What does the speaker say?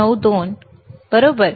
92 बरोबर